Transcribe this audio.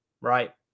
right